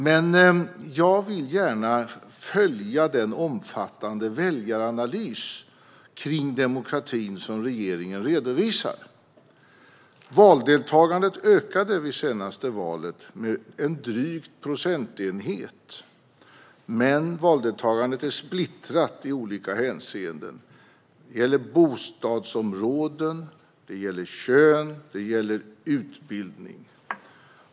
Men jag vill gärna följa den omfattande väljaranalys kring demokratin som regeringen redovisar. Valdeltagandet ökade vid det senaste valet med drygt 1 procentenhet, men det är splittrat i olika hänseenden. Det gäller bostadsområden, kön och utbildning.